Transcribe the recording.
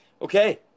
Okay